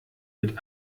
mit